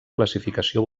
classificació